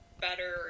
better